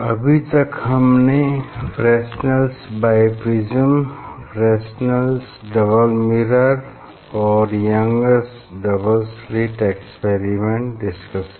अभी तक हमने Fresnel's biprism Fresnel's double mirror और Young's double slit experiment discuss किया